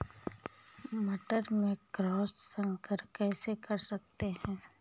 मटर में क्रॉस संकर कैसे कर सकते हैं?